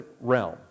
realm